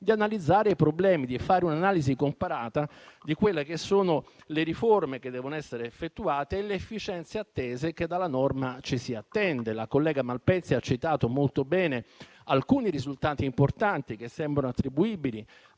di analizzare i problemi e di fare un'analisi comparata delle riforme che devono essere effettuate e delle efficienze che dalla norma ci si attende. La collega Malpezzi ha citato molto bene alcuni risultati importanti che sembrano attribuibili